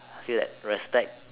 see that respect